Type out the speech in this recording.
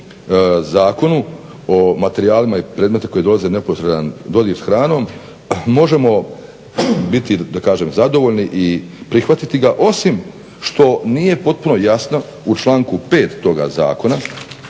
Zakonu o materijalima i predmeti koji dolaze u neposredan dodir s hranom možemo biti da kažem zadovoljni i prihvatiti ga osim što nije potpuno jasno u članku 5. toga zakona,